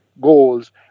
goals